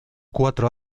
cuatro